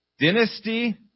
dynasty